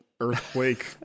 Earthquake